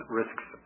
risks